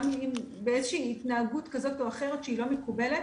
גם אם באיזושהי התנהגות כזאת או אחרת שהיא לא מקובלת,